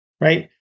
Right